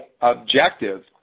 objective